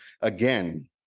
again